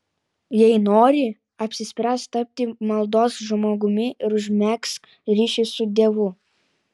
jei nori apsispręsk tapti maldos žmogumi ir užmegzk ryšį su dievu